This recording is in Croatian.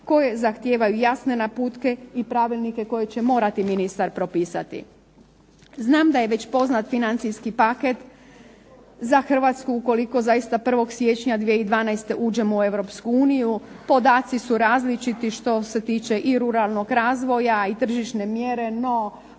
koje zahtijevaju jasne naputke i pravilnike koje će morati ministar propisati. Znam da je već poznat financijski paket za Hrvatsku ukoliko zaista 1. siječnja 2012. uđemo u Europsku uniju. Podaci su različiti što se tiče i ruralnog razvoja i tržišne mjere, no